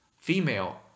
female